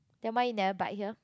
then why you never bike here